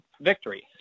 victory